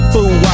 Fool